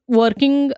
working